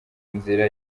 inzira